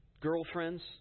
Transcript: girlfriends